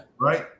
right